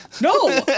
No